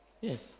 yes